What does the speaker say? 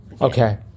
Okay